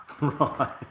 Right